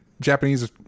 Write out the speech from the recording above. Japanese